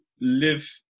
live